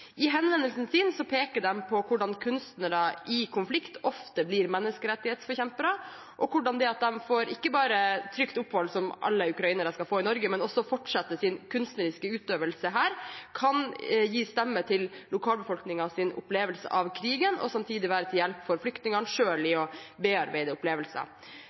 I henvendelsen peker de på hvordan kunstnere i konflikt ofte blir menneskerettighetsforkjempere, og hvordan det at de får ikke bare trygt opphold, som alle ukrainere skal få i Norge, men også fortsette sin kunstneriske utøvelse her, kan gi stemme til lokalbefolkningens opplevelse av krigen og samtidig være til hjelp for flyktningene selv i å bearbeide